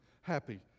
happy